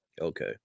Okay